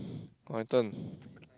my turn